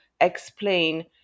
explain